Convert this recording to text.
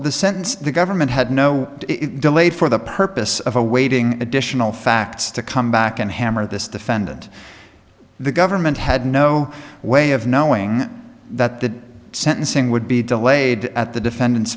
the sentence the government had no delay for the purpose of awaiting additional facts to come back and hammer this defendant the government had no way of knowing that the sentencing would be delayed at the defendant's